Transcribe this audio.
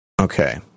Okay